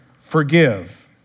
forgive